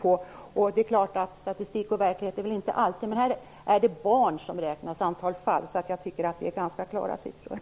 på det. Statistik och verklighet stämmer väl inte alltid, men här är det antalet barn, antalet fall, som räknas, och det är ganska klara siffror.